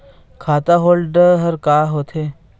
खाता होल्ड हर का होथे?